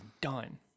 done